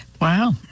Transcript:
wow